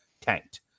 Tanked